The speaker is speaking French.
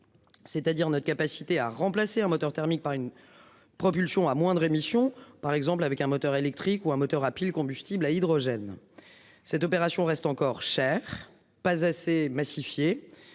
C'est-à-dire notre capacité à remplacer un moteur thermique, par une propulsion à moindres émissions par exemple avec un moteur électrique ou à moteur à pile combustible à hydrogène. Cette opération reste encore cher, pas assez massifier